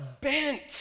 bent